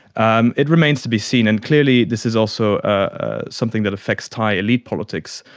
um it remains to be seen, and clearly this is also ah something that affects thai elite politics.